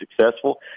successful